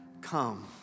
Come